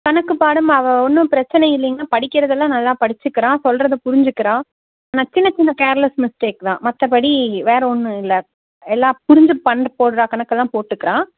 கணக்கு பாடமா அவள் ஒன்றும் பிரச்சினை இல்லைங்னா படிக்கிறதெல்லாம் நல்லா படிச்சுக்கிறாள் சொல்றதை புரிஞ்சுக்கிறாள் ஆனால் சின்ன சின்ன கேர்லெஸ் மிஸ்டேக் தான் மற்றபடி வேறு ஒன்றும் இல்லை எல்லாம் புரிஞ்சு பண்ட போடுகிறா கணக்கெலாம் போட்டுக்கறாள்